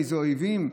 מאיזה אויבים?